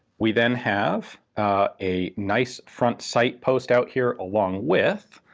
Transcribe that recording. we then have a nice front sight post out here, along with